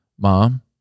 Mom